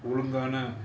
ஒழுங்கான:olungaana